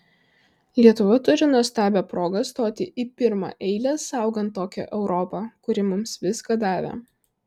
lietuva turi nuostabią progą stoti į pirmą eilę saugant tokią europą kuri mums viską davė